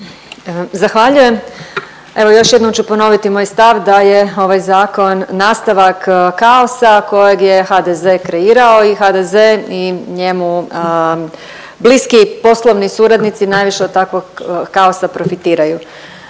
Zahvaljujem. Evo još jednom ću ponoviti moj stav da je ovaj zakon nastavak kaosa kojeg je HDZ kreirao i HDZ i njemu bliski poslovni suradnici najviše od takvog kaosa profitiraju.